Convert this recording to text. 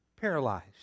paralyzed